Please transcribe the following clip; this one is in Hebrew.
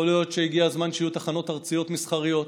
יכול להיות שהגיע הזמן שיהיו תחנות ארציות מסחריות.